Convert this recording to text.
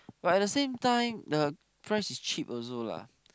but at the same time the price is cheap also lah